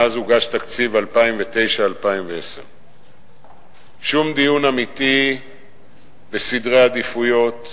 מאז הוגש תקציב 2009 2010. שום דיון אמיתי בסדרי עדיפויות,